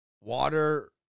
water